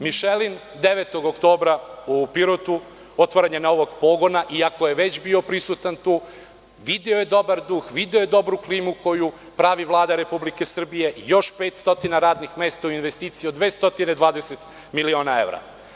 Mišelin“ je od 9. oktobra u Pirotu, otvaranje novog pogona, iako je već bio prisutan tu, video je dobar duh, video je dobru klimu koju pravi Vlada Republike Srbije, još 500 radnih mesta u investiciji od 220 miliona evra.